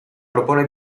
propone